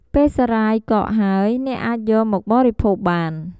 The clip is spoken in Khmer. ពេលសារាយកកហើយ អ្នកអាចយកមកបរិភោគបាន។